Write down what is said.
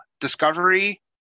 Discovery